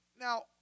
Now